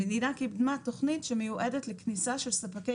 המדינה קידמה תוכנית שמיועדת לכניסה של ספקי